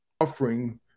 offering